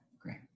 great